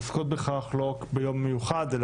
פה ושעוסקות בכך לא רק ביום מיוחד זה,